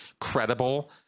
credible